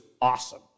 awesome